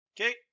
Okay